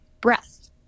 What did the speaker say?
breath